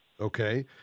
Okay